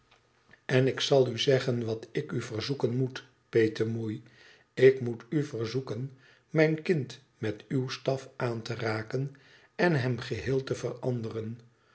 en ik zal u zeggen wat ik u verzoeken moet petemoel ik moet u verzoeken mijn kind met uw staf aan te raken en hem geheel te veranderen